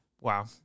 Wow